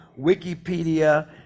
wikipedia